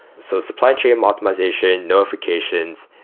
so supply chain optimization, notifications,